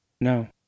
no